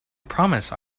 promise